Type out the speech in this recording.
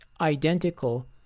identical